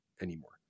anymore